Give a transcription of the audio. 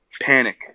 panic